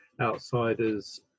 Outsiders